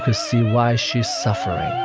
see why she's suffering?